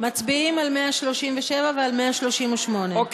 מצביעים על 137 ועל 138. אוקיי,